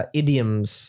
idioms